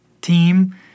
Team